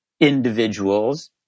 individuals